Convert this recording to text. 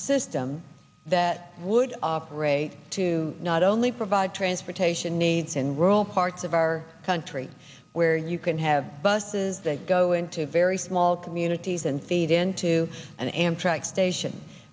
system that would operate to not only provide transportation needs in rural parts of our country where you can have buses that go into very small communities and feed into an amtrak station